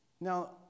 Now